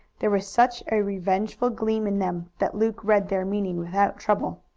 there was such a revengeful gleam in them that luke read their meaning without trouble.